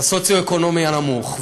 בסוציו-אקונומי הנמוך.